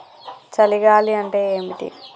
చలి గాలి అంటే ఏమిటి?